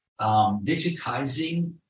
digitizing